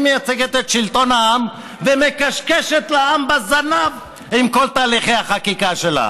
היא מייצגת את שלטון העם ומכשכשת לעם בזנב עם כל תהליכי החקיקה שלה.